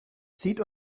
zieht